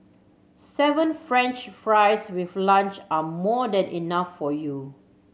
seven french fries with lunch are more than enough for you